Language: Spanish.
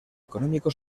económico